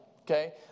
okay